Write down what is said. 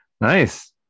Nice